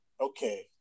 Okay